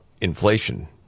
inflation